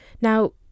Now